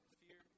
fear